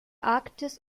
arktis